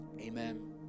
Amen